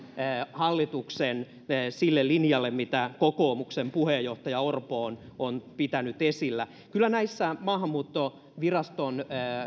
hallituksen sille linjalle mitä kokoomuksen puheenjohtaja orpo on on pitänyt esillä kyllä näissä maahanmuuttoviraston